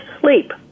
sleep